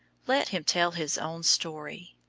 let him tell his own story.